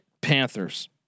Panthers